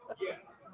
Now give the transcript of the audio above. Yes